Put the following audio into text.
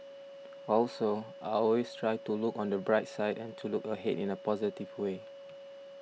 also I always try to look on the bright side and to look ahead in a positive way